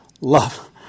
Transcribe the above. Love